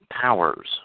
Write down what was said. powers